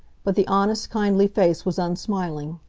but the honest, kindly face was unsmiling.